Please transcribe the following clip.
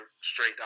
straight